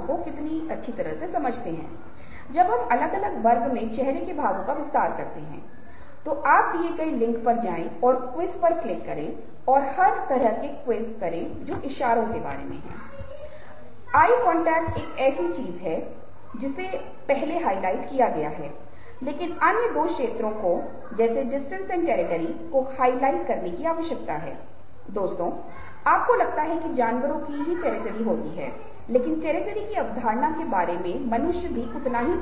दूसरी ओर डर तब प्रदर्शित होता है जब यहां की सभी मांसपेशियों को ऊपर उठाया जाता है हालांकि आंतरिक भौहें कम या ज्यादा अपनी स्थिति बनाए रखती हैं और यहां की मांसपेशियों को ऊपर उठाया जाता है आंखें चौड़ी की जाती हैं पुतलियाँ चौड़ी पड़ जाती हैं और शुरू में फिर से भय चेहरे के ऊपरी भाग में परिलक्षित होता है और फिर जब यह खुले मुंह से तेज होता है तो यह चेहरे के निचले हिस्से